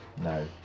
no